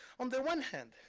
on the one hand,